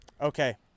Okay